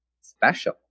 special